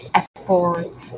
efforts